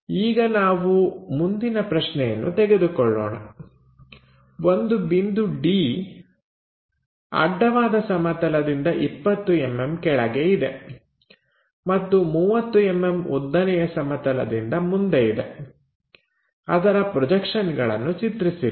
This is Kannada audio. ಈಗ ನಾವು ಮುಂದಿನ ಪ್ರಶ್ನೆಯನ್ನು ತೆಗೆದುಕೊಳ್ಳೋಣ ಒಂದು ಬಿಂದು D ಅಡ್ಡವಾದ ಸಮತಲದಿಂದ 20mm ಕೆಳಗೆ ಇದೆ ಮತ್ತು 30mm ಉದ್ದನೆಯ ಸಮತಲದಿಂದ ಮುಂದೆ ಇದೆ ಅದರ ಪ್ರೊಜೆಕ್ಷನ್ಗಳನ್ನು ಚಿತ್ರಿಸಿರಿ